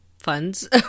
funds